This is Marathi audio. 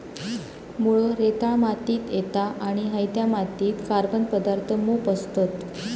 मुळो रेताळ मातीत येता आणि हयत्या मातीत कार्बन पदार्थ मोप असतत